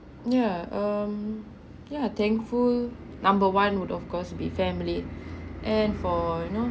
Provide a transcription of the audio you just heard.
yeah um yeah thankful number one would of course be family and for you know